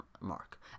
mark